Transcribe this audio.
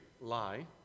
lie